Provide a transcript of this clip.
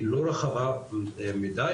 היא לא רחבה מידי,